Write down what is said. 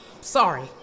Sorry